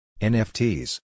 NFTs